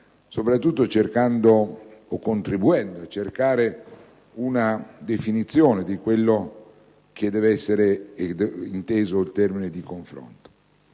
soprattutto contribuendo alla definizione di quello che deve essere inteso come termine di confronto.